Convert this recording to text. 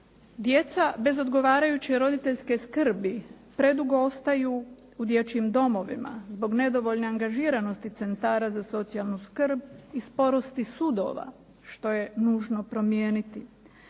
Djeca bez odgovarajuće roditeljske skrbi predugo ostaju u dječjim domovima zbog nedovoljne angažiranost centara za socijalnu skrb i sporosti sudova što je nužno promijeniti.